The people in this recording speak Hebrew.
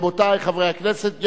רבותי חברי הכנסת,